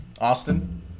Austin